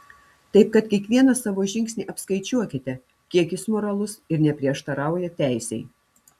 taip kad kiekvieną savo žingsnį apskaičiuokite kiek jis moralus ir neprieštarauja teisei